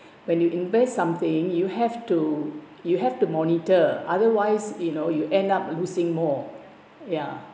when you invest something you have to you have to monitor otherwise you know you end up losing more ya